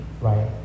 right